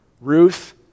Ruth